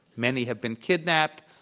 many have been kidnapped.